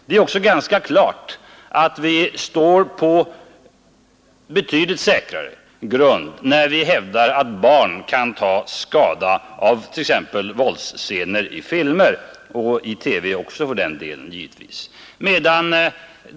Det är också ganska klart att vi står på betydligt säkrare grund när vi hävdar att barn kan ta skada av t.ex. våldsscener i filmer — och i TV också för den delen.